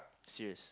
serious